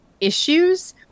issues